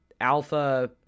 alpha